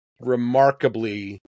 remarkably